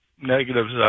negatives